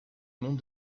monde